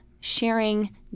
sharing